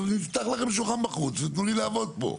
נפתח לכם שולחן בחוץ ותנו לי לעבוד פה.